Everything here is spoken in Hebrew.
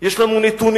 יש לנו נתונים,